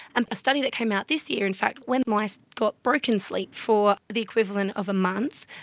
and a study that came out this year in fact, when mice got broken sleep for the equivalent of a month,